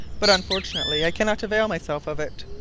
but unfortunately i cannot avail myself of it.